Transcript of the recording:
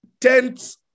tents